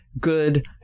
good